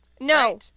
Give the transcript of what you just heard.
No